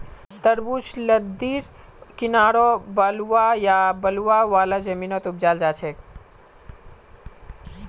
तरबूज लद्दीर किनारअ बलुवा या बालू वाला जमीनत उपजाल जाछेक